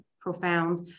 profound